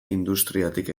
industriatik